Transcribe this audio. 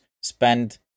spend